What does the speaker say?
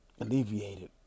alleviated